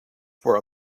for